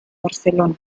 barcelona